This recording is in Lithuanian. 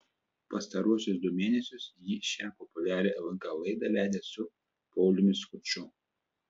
pastaruosius du mėnesius ji šią populiarią lnk laidą vedė su pauliumi skuču